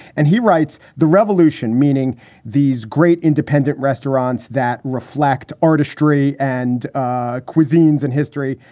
and he writes the revolution, meaning these great independent restaurants that reflect artistry and ah cuisines and history.